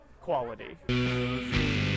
quality